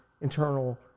internal